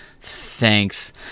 Thanks